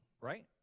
Right